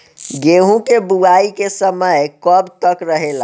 गेहूँ के बुवाई के समय कब तक रहेला?